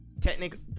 Technically